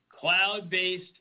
cloud-based